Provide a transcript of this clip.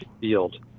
field